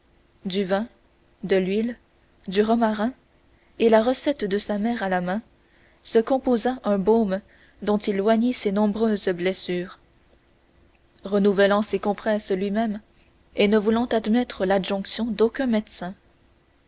du vin de l'huile du romarin et la recette de sa mère à la main se composa un baume dont il oignit ses nombreuses blessures renouvelant ses compresses luimême et ne voulant admettre l'adjonction d'aucun médecin